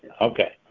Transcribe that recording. okay